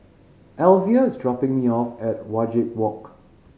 Alvia is dropping me off at Wajek Walk